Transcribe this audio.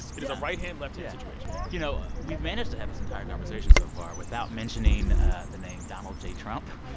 this it is a right-hand, left-hand situation you know, we've managed to have this entire conversation so far without mentioning the name donald j. trump,